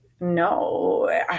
no